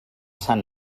sant